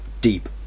deep